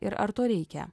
ir ar to reikia